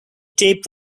tape